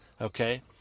Okay